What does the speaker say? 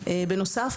בנוסף,